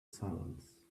silence